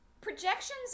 Projections